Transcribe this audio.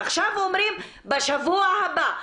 עכשיו אומרים בשבוע הבא.